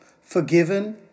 forgiven